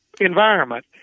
environment